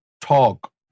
talk